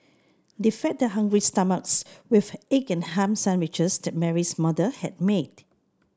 they fed their hungry stomachs with the egg and ham sandwiches that Mary's mother had made